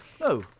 No